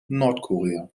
nordkorea